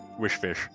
Wishfish